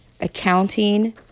accounting